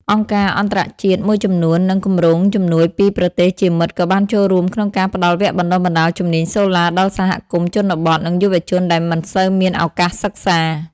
អង្គការអន្តរជាតិមួយចំនួន និងគម្រោងជំនួយពីប្រទេសជាមិត្តក៏បានចូលរួមក្នុងការផ្តល់វគ្គបណ្តុះបណ្តាលជំនាញសូឡាដល់សហគមន៍ជនបទ និងយុវជនដែលមិនសូវមានឱកាសសិក្សា។